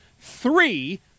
Three